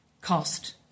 cost